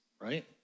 Right